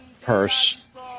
purse